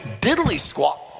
diddly-squat